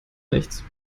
nichts